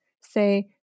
Say